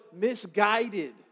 misguided